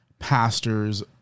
pastors